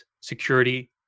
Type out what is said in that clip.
security